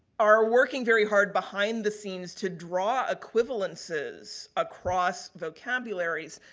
are working very hard behind the scenes to draw equivalences across vocabularies.